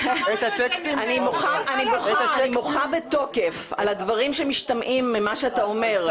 אני מוחה בתוקף על הדברים שמשתמעים ממה שאתה אומר,